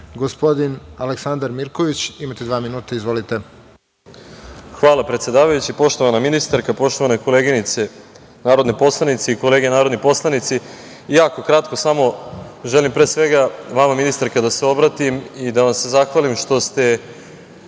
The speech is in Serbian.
Aleksandar Mirković. Imate dva minuta. Izvolite. **Aleksandar Mirković** Hvala predsedavajući, poštovana ministar-ka, poštovane koleginice narodne poslanice i kolege narodni poslanici. Jako kratko. Samo želim pre svega vama ministarka da se obratim i da vam se zahvalim što ste